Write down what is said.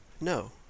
No